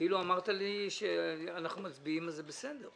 אמרת לי שאנחנו מצביעים ואז זה בסדר.